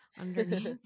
underneath